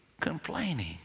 complaining